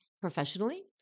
professionally